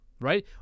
Right